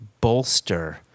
bolster